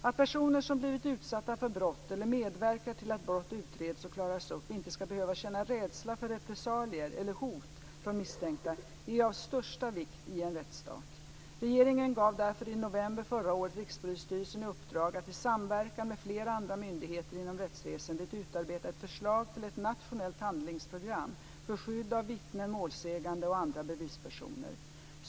Att personer som blivit utsatta för brott eller medverkar till att brott utreds och klaras upp inte ska behöva känna rädsla för repressalier eller hot från misstänkta är av största vikt i en rättsstat. Regeringen gav därför i november förra året Rikspolisstyrelsen i uppdrag att, i samverkan med flera andra myndigheter inom rättsväsendet, utarbeta ett förslag till ett nationellt handlingsprogram för skydd av vittnen, målsägande och andra bevispersoner.